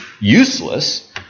useless